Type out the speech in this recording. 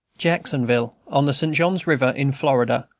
jacksonville, on the st. john's river, in florida,